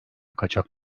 kaçak